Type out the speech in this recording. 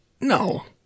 No